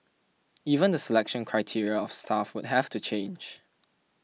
even the selection criteria of staff would have to change